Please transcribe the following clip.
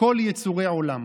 כל יצורי עולם".